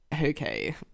okay